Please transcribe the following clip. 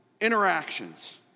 interactions